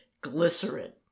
glycerin